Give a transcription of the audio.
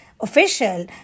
official